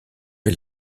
est